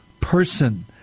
person